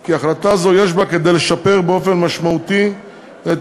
כי החלטה זו יש בה כדי לשפר באופן משמעותי את